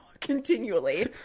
Continually